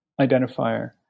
identifier